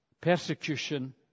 persecution